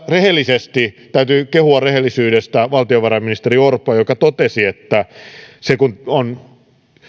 rehellisesti täytyy kehua rehellisyydestä valtiovarainministeri orpoa joka totesi että kun on